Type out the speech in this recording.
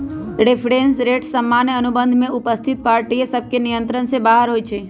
reference rate सामान्य अनुबंध में उपस्थित पार्टिय सभके नियंत्रण से बाहर होइ छइ